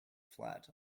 flat